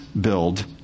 build